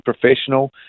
professional